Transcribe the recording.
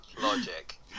logic